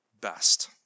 best